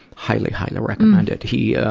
highly, highly recommend it. he, ah,